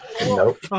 Nope